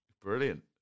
Brilliant